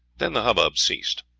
then the hubbub ceased.